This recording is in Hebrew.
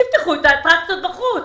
תפתחו את האטרקציות בחוץ.